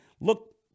look